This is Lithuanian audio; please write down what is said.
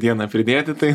dieną pridėti tai